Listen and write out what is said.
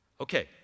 Okay